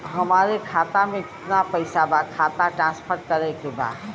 हमारे खाता में कितना पैसा बा खाता ट्रांसफर करावे के बा?